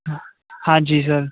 ਹਾਂਜੀ ਸਰ